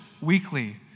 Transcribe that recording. weekly